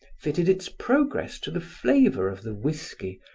fitted its progress to the flavor of the whiskey,